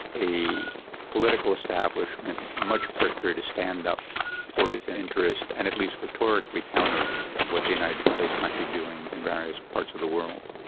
a political establishment much quicker to stand up for its interest and at least rhetorically counter what united states might be doing in various parts of the world.